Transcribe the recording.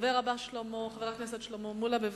הדובר הבא, חבר הכנסת שלמה מולה, בבקשה.